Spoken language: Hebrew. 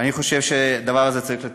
אני חושב שאת הדבר הזה צריך לתקן,